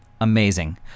amazing